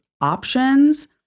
options